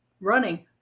running